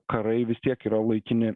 karai vis tiek yra laikini